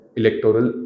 electoral